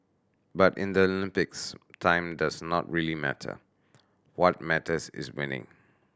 but in the Olympics time does not really matter what matters is winning